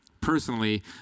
personally